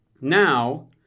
Now